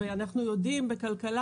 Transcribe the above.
אנחנו יודעים בכלכלה,